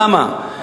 למה?